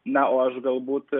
na o aš galbūt